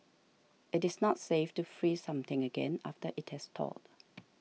it is not safe to freeze something again after it has thawed